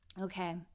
okay